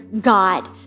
God